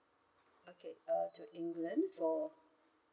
okay uh to england for